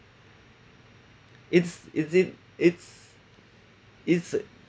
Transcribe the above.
it's is it it's it's